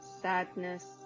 sadness